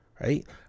right